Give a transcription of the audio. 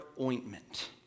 ointment